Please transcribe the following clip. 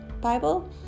Bible